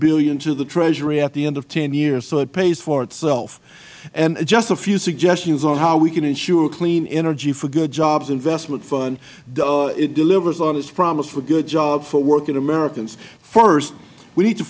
billion to the treasury at the end of ten years so it pays for itself and just a few suggestions on how we can ensure clean energy for good jobs investment fund delivers on its promise for good jobs for working americans first we need to